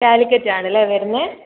കാലിക്കറ്റ് ആണല്ലേ വരുന്നത്